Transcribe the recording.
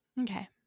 Okay